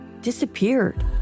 disappeared